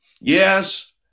Yes